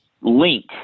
link